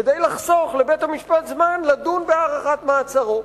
כדי לחסוך לבית-המשפט זמן לדון בהארכת מעצרו.